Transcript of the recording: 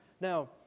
Now